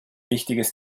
wichtiges